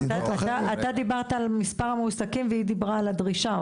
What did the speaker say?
אתה דיברת על מספר המועסקים והיא דיברה על הדרישה.